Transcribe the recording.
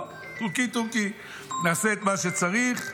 לא, טורקי-טורקי, נעשה את מה שצריך,